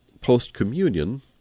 post-communion